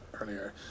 earlier